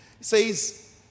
says